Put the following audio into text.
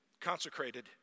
Consecrated